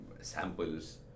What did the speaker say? samples